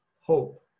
hope